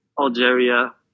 Algeria